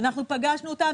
פגשנו אותם.